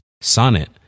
Sonnet